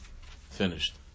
Finished